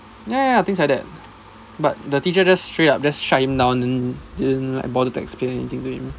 ya ya ya things like that but the teacher just straight up just shut him down and didn't like bother to explain anything to him